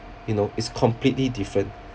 you know is completely different